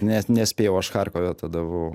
net nespėjau aš charkove tada vau